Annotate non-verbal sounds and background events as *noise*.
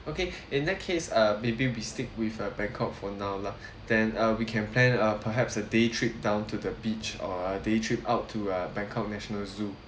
okay *breath* in that case uh maybe we stick with uh bangkok for now lah *breath* then uh we can plan uh perhaps a day trip down to the beach or a day trip out to uh bangkok national zoo